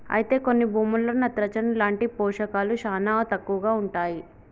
అయితే కొన్ని భూముల్లో నత్రజని లాంటి పోషకాలు శానా తక్కువగా ఉంటాయి